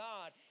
God